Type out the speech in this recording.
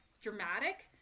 dramatic